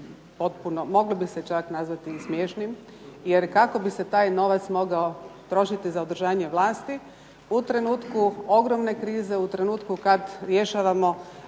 potpuno, moglo bi se čak nazvati i smiješnim jer kako bi se taj novac mogao trošiti za održavanje vlasti u trenutku ogromne krize, u trenutku kad rješavamo